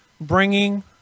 bringing